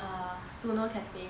err soner cafe